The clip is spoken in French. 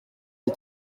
est